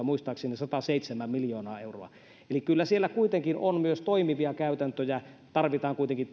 muistaakseni sataseitsemän miljoonaa euroa eli kyllä siellä kuitenkin on myös toimivia käytäntöjä tarvitaan kuitenkin